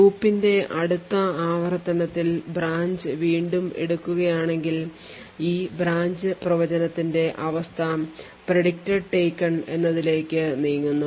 ലൂപ്പിന്റെ അടുത്ത ആവർത്തനത്തിൽ ബ്രാഞ്ച് വീണ്ടും എടുക്കുകയാണെങ്കിൽ ഈ ബ്രാഞ്ച് പ്രവചനത്തിന്റെ അവസ്ഥ predicted taken എന്നതിലേക്ക് നീങ്ങുന്നു